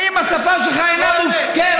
האם השפה שלך אינה מופקרת?